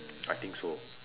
mm I think so